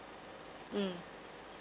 mm